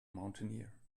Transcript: mountaineer